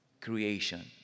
creation